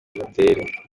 butere